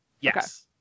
Yes